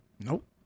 Nope